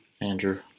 Andrew